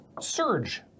surge